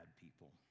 people